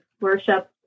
worship